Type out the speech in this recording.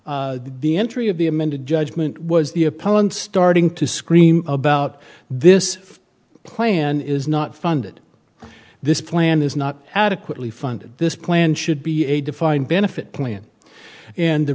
of the amended judgement was the appellant starting to scream about this plan is not funded this plan is not adequately funded this plan should be a defined benefit plan and the